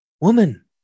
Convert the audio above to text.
Woman